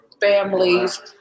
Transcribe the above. families